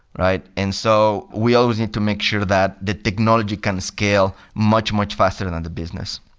right? and so we always need to make sure that the technology can scale much, much faster and than the business.